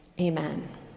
amen